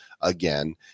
again